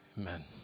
Amen